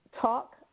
talk